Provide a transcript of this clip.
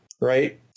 right